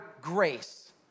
grace